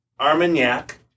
Armagnac